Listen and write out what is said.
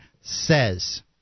says